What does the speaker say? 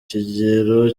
kigero